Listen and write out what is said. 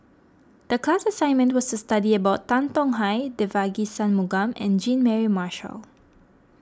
the class assignment was to study about Tan Tong Hye Devagi Sanmugam and Jean Mary Marshall